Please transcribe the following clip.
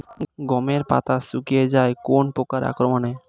গমের পাতা শুকিয়ে যায় কোন পোকার আক্রমনে?